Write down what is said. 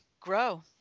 grow